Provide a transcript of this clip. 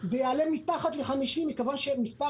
זה יעלה פחות מ-50 שקל מכיוון שמספר